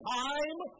time